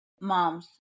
Moms